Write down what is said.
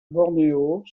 bornéo